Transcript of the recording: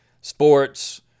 sports